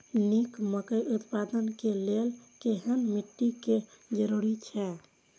निक मकई उत्पादन के लेल केहेन मिट्टी के जरूरी छे?